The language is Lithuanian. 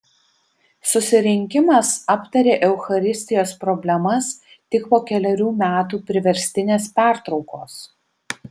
susirinkimas aptarė eucharistijos problemas tik po kelerių metų priverstinės pertraukos